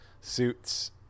suits